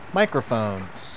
microphones